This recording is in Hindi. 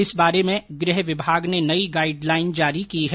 इस बारे में गृह विभाग ने नई गाइड लाइन जारी की है